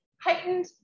heightened